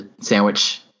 sandwich